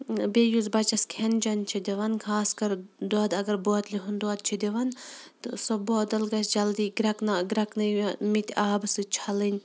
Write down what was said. بیٚیہِ یُس بَچَس کھیٚن چیٚن چھِ دِوان خاص کَر دۄد اگر بوتلہِ ہُنٛد دۄد چھِ دِوان تہٕ سُہ بوتَل گژھِ جلدی گرٛیٚکہٕ نا گرٛیٚکہٕ نٲوِمِتۍ آبہٕ سۭتۍ چھَلٕنۍ